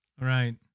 Right